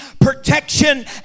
protection